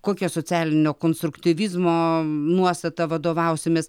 kokia socialinio konstruktyvizmo nuostata vadovausimės